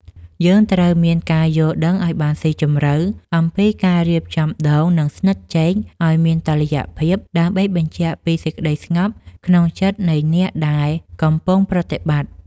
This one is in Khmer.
យើងត្រូវមានការយល់ដឹងឱ្យបានស៊ីជម្រៅអំពីការរៀបចំដូងនិងស្និតចេកឱ្យមានតុល្យភាព ដើម្បីបញ្ជាក់ពីសេចក្តីស្ងប់ក្នុងចិត្តនៃអ្នកដែលកំពុងប្រតិបត្តិ។